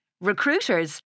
Recruiters